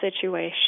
situation